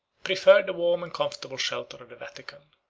preferred the warm and comfortable shelter of the vatican.